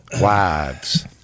wives